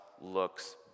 Looks